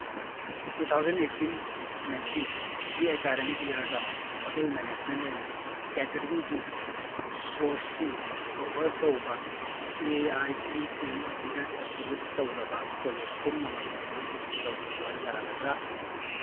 two thousand eighteen ꯅꯥꯏꯟꯇꯤꯟꯒꯤ academic ꯏꯌꯔꯗ hotel management and ꯀꯦꯇꯔꯤꯡꯒꯤ ꯀꯣꯔꯁꯤꯡ ꯑꯣꯐꯔ ꯇꯧꯕ ꯑꯦ ꯑꯥꯏ ꯁꯤ ꯇꯤ ꯏꯅ ꯑꯦꯄ꯭ꯔꯨꯞ ꯇꯧꯔꯕ ꯀꯣꯂꯦꯖ ꯄꯨꯝꯅꯃꯛ ꯑꯗꯨ ꯂꯤꯁ ꯇꯧꯕꯤꯕ ꯌꯥꯒꯗ꯭ꯔꯥ